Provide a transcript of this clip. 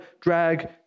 drag